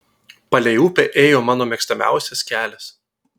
palei upę ėjo mano mėgstamiausias kelias